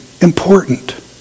important